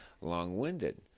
long-winded